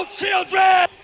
children